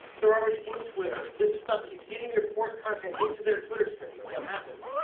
they are already in twitter. this stuff is getting your course content into their twitter stream is what happens.